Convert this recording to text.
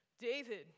David